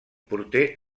porter